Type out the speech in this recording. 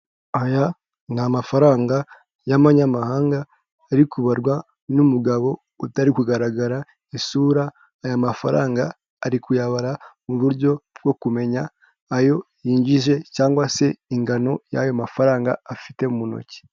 Aya ni amafaranga y'amanyamahanga ari kubarwa n'umugabo utari kugaragara isura, aya mafaranga ari kuyabara mu buryo bwo kumenya ayo yinjije cyangwa se ingano y'ayo mafaranga afite mu ntoki.